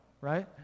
right